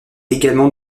également